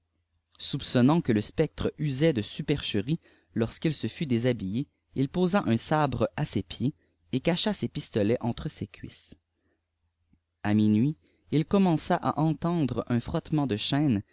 soupçonnant gijé ï spectre lisait de supercherie lorsqu'il se fut dédiabfllé il posa un sabi e à ses pieds et cacha ses pistolets entre ses cuisses a minuit j il commença à entendre un frottement de chaînes